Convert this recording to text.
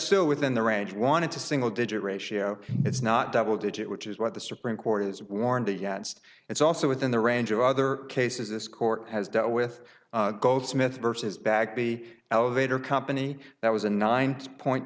still within the range wanted to single digit ratio it's not double digit which is what the supreme court is warranted yet it's also within the range of other cases this court has dealt with goldsmith versus back the elevator company that was a nine point